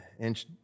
inch